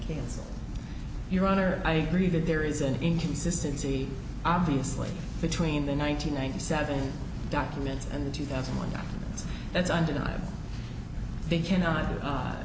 cancels your honor i agree that there is an inconsistency obviously between the nine hundred ninety seven documents and the two thousand one that's undeniable they cannot